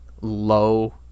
low